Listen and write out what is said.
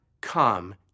come